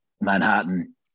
Manhattan